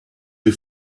you